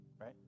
right